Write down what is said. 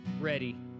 ready